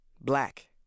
black